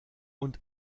und